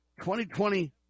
2020